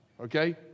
Okay